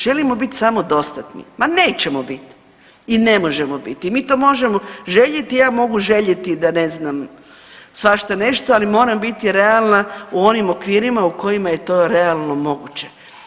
Želimo bit samodostatni, ma nećemo bit i ne možemo bit i mi to možemo željeti, ja mogu željeti da ne znam svašta nešto, ali moram biti realna u onim okvirima u kojima je to realno moguće.